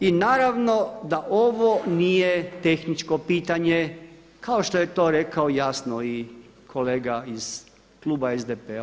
I naravno da ovo nije tehničko pitanje kao što je to rekao jasno i kolega iz kluba SDP-a.